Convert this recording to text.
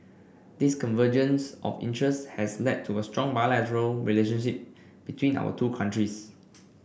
this convergence of interests has led to a strong bilateral relationship between our two countries